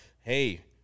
hey